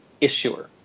issuer